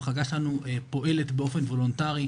המחלקה שלנו פועלת באופן וולונטרי,